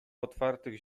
otwartych